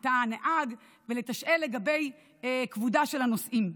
את תא הנהג ולתשאל על כבודה של הנוסעים,